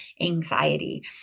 anxiety